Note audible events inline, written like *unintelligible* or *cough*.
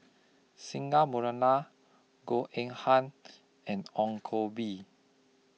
Singai *unintelligible* Goh Eng Han *noise* and Ong Koh Bee